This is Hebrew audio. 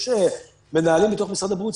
יש מנהלים מתוך משרד הבריאות,